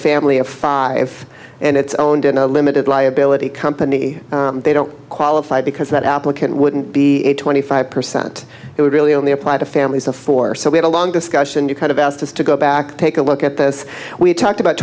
family of five and it's owned in a limited liability company they don't qualify because that applicant wouldn't be twenty five percent it would really only apply to families of four so we had a long discussion you kind of asked us to go back take a look at this we talked about